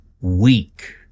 weak